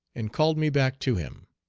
and called me back to him.